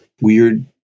weird